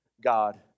God